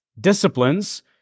disciplines